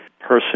person